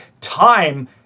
time